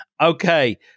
Okay